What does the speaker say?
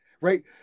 right